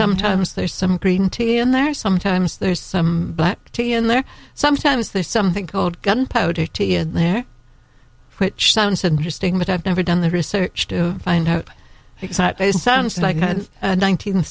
sometimes there's some green tea in there sometimes there's some black tea in there sometimes there's something called gunpowder tea in there which sounds interesting but i've never done the research to find out